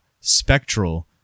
Spectral